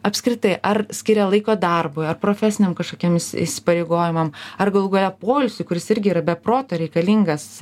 apskritai ar skiria laiko darbui ar profesiniam kažkokiem įsipareigojimam ar galų gale poilsiui kuris irgi yra be proto reikalingas